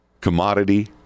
commodity